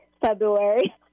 February